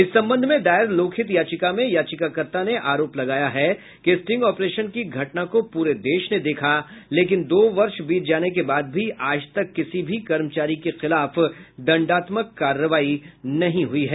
इस संबंध में दायर लोकहित याचिका में याचिकाकर्ता ने आरोप लगाया कि स्टिंग ऑपरेशन की घटना को पूरे देश ने देखा लेकिन दो वर्ष बीत जाने के बाद भी आज तक किसी भी कर्मचारी के खिलाफ दंडात्मक कार्रवाई नहीं हई है